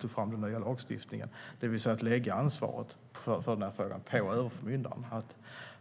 tog fram - där ansvaret läggs på överförmyndaren.